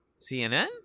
CNN